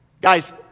Guys